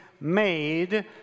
made